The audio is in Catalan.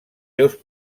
seus